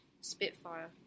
Spitfire